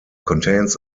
contains